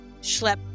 schlep